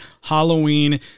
Halloween